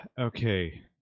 Okay